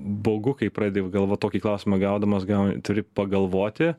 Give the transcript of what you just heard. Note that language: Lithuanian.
baugu kai pradedi galvot tokį klausimą gaudamas gal turi pagalvoti